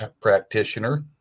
practitioner